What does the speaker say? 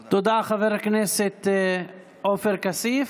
תודה, חבר הכנסת עופר כסיף.